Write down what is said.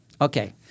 Okay